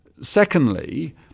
Secondly